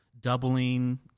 doubling